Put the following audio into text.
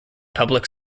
public